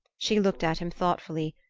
she looked at him thoughtfully,